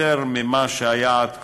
יותר ממה שהיה עד כה.